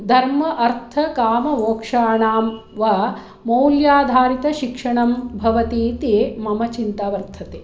धर्म अर्थ काम मोक्षाणां वा मौल्याधारितशिक्षाणं भवति इति मम चिन्ता वर्तते